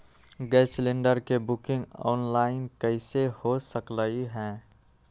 Gas cylinder के booking online कईसे हो सकलई ह?